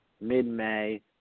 mid-May